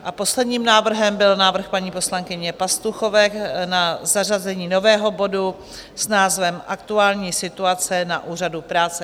A posledním návrhem byl návrh paní poslankyně Pastuchové na zařazení nového bodu s názvem Aktuální situace na Úřadu práce.